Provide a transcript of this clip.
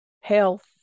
health